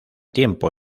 tiempo